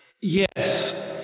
Yes